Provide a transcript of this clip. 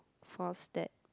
force that